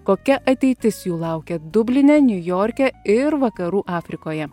kokia ateitis jų laukia dubline niujorke ir vakarų afrikoje